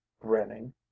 grinning